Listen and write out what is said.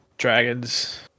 Dragons